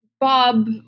Bob